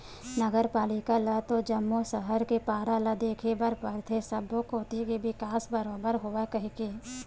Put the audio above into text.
नगर पालिका ल तो जम्मो सहर के पारा ल देखे बर परथे सब्बो कोती के बिकास बरोबर होवय कहिके